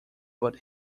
but